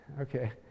Okay